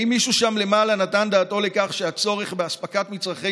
האם מישהו שם למעלה נתן את דעתו לכך שהצורך באספקת מצרכי